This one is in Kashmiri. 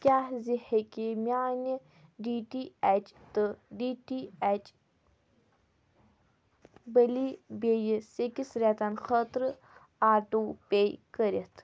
کیٛاہ زِ ہیٚکہٕ میانہِ ڈی ٹی ایٚچ تہٕ ڈی ٹی ایٚچ بٔلی بییٚہِ سکِس رٮ۪تن خٲطرٕ آٹو پے کٔرِتھ